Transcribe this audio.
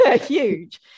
huge